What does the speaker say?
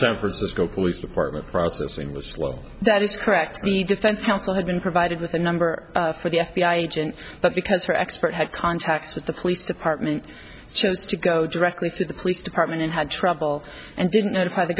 san francisco police department processing was slow that is correct the defense counsel had been provided with a number for the f b i agent but because her expert had contacts with the police department chose to go directly to the police department and had trouble and didn't notify the